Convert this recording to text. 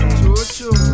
Choo-choo